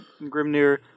Grimnir